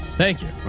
thank you.